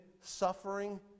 suffering